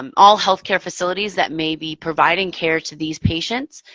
um all healthcare facilities that may be providing care to these patients.